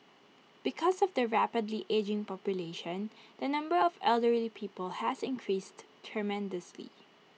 because of the rapidly ageing population the number of elderly people has increased tremendously